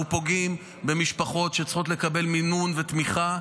אנחנו פוגעים במשפחות שצריכות לקבל מימון ותמיכה,